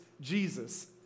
Jesus